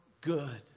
good